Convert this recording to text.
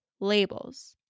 labels